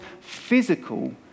physical